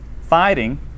fighting